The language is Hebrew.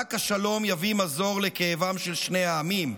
רק השלום יביא מזור לכאבם של שני העמים.